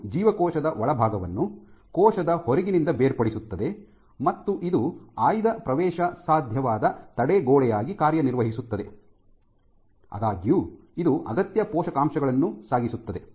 ಇದು ಜೀವಕೋಶದ ಒಳಭಾಗವನ್ನು ಕೋಶದ ಹೊರಗಿನಿಂದ ಬೇರ್ಪಡಿಸುತ್ತದೆ ಮತ್ತು ಇದು ಆಯ್ದ ಪ್ರವೇಶಸಾಧ್ಯವಾದ ತಡೆಗೋಡೆಯಾಗಿ ಕಾರ್ಯನಿರ್ವಹಿಸುತ್ತದೆ ಆದಾಗ್ಯೂ ಇದು ಅಗತ್ಯ ಪೋಷಕಾಂಶಗಳನ್ನು ಸಾಗಿಸುತ್ತದೆ